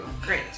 great